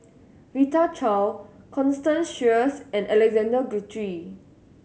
Rita Chao Constance Sheares and Alexander Guthrie